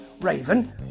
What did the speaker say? Raven